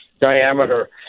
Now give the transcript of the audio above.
diameter